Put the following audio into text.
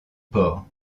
port